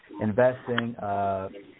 investing –